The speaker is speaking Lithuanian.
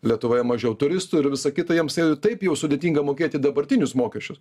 lietuvoje mažiau turistų ir visa kita jiems ir taip jau sudėtinga mokėti dabartinius mokesčius